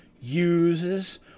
uses